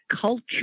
culture